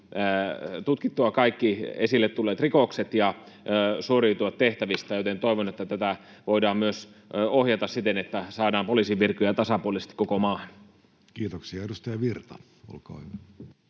tutkittua kaikki esille tulleet rikokset ja suoriutua tehtävistään, joten toivon, että tätä voidaan myös ohjata siten, että saadaan poliisivirkoja tasapuolisesti koko maahan. Kiitoksia. — Edustaja Virta, olkaa hyvä.